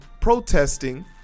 protesting